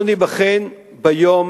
אנחנו ניבחן ביום